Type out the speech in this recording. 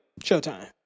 Showtime